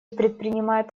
предпринимает